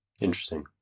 Interesting